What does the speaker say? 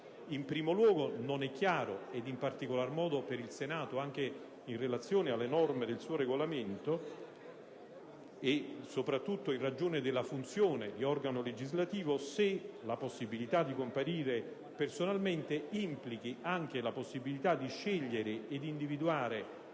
In primo luogo, non è chiaro, ed in particolar modo non lo è per il Senato, anche in relazione alle norme del suo Regolamento e soprattutto in ragione della sua funzione di organo legislativo, se la possibilità di comparire personalmente implichi anche la possibilità di scegliere e di individuare